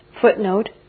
Footnote